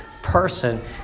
Person